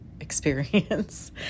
experience